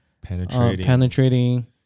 Penetrating